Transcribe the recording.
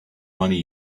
money